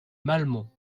malmont